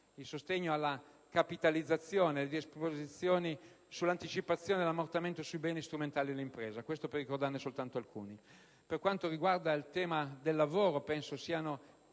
il sostegno alla capitalizzazione e disposizioni sull'anticipazione dell'ammortamento sui beni strumentali di impresa. Questo per ricordarne soltanto alcuni. Per quanto riguarda il tema del lavoro, penso siano